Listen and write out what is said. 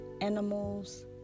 animals